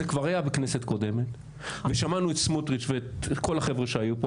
זה כבר היה בכנסת הקודמת ושמענו את סמוטריץ ואת כל החבר'ה שהיו פה.